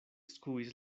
skuis